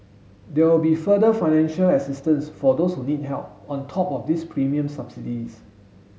there will be further financial assistance for those who need help on top of these premium subsidies